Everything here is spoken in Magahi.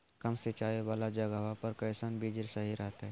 कम सिंचाई वाला जगहवा पर कैसन बीज सही रहते?